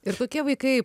ir tokie vaikai